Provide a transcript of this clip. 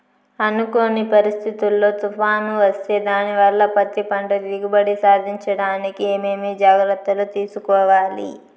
అనుకోని పరిస్థితుల్లో తుఫాను వస్తే దానివల్ల పత్తి పంట దిగుబడి సాధించడానికి ఏమేమి జాగ్రత్తలు తీసుకోవాలి?